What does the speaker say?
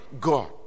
God